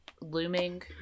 looming